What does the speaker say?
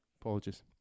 Apologies